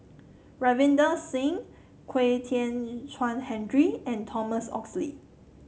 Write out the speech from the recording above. Ravinder Singh Kwek Hian Chuan Henry and Thomas Oxley